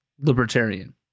libertarian